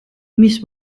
მის